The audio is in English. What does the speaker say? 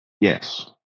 Yes